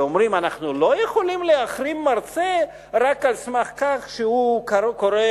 ואומרים: אנחנו לא יכולים להחרים מרצה רק על סמך כך שהוא קורא,